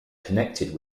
connected